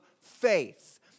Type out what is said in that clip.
faith